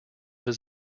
his